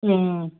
ꯎꯝ